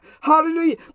hallelujah